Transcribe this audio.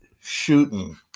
shooting